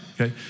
okay